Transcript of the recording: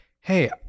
hey